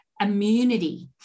immunity